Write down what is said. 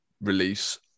release